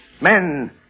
Men